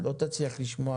מי היתר ומי רישיון.